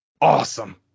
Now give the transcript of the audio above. Awesome